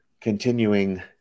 continuing